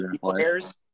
players